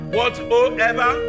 Whatsoever